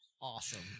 awesome